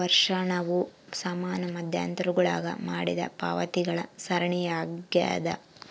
ವರ್ಷಾಶನವು ಸಮಾನ ಮಧ್ಯಂತರಗುಳಾಗ ಮಾಡಿದ ಪಾವತಿಗಳ ಸರಣಿಯಾಗ್ಯದ